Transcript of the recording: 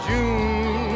June